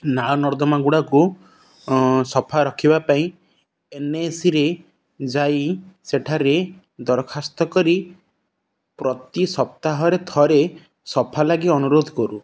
ନାଳ ନର୍ଦ୍ଦମା ଗୁଡ଼ାକୁ ସଫା ରଖିବା ପାଇଁ ଏନଏସିରେ ଯାଇ ସେଠାରେ ଦରଖାସ୍ତ କରି ପ୍ରତି ସପ୍ତାହରେ ଥରେ ସଫା ଲାଗି ଅନୁରୋଧ କରୁ